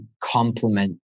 complement